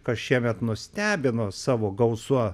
kas šiemet nustebino savo gausa